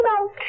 out